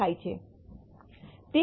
75 થાય છે